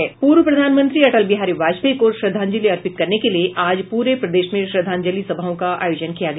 पूर्व प्रधानमंत्री अटल बिहारी वाजपेयी को श्रद्धांजलि अर्पित करने के लिए आज प्रे प्रदेश में श्रद्धांजलि सभाओं का आयोजन किया गया